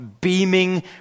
beaming